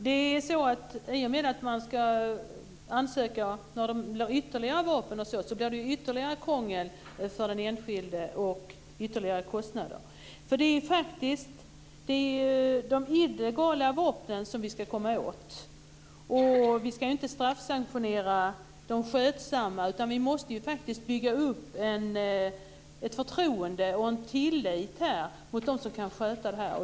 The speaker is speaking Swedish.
Herr talman! I och med att man ska ansöka när det är fråga om ytterligare vapen blir det ytterligare krångel för den enskilde och även ytterligare kostnader. Det är ju de illegala vapnen som vi ska komma åt. Vi ska inte straffsanktionera de skötsamma, utan vi måste bygga upp ett förtroende och en tillit gentemot dem som kan sköta detta.